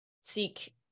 seek